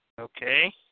Okay